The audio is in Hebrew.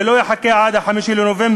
זה לא יחכה עד 5 בנובמבר.